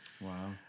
Wow